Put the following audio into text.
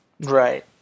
right